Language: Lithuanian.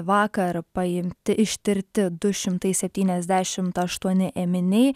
vakar paimti ištirti du šimtai septyniasdešimt aštuoni ėminiai